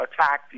attack